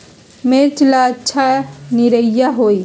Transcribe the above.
मिर्च ला अच्छा निरैया होई?